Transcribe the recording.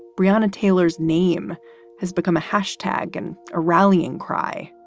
brianna taylor's name has become a hashtag and a rallying cry.